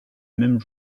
même